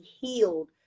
healed